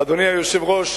אדוני היושב-ראש,